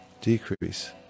decrease